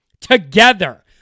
Together